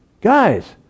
guys